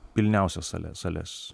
pilniausias sales sales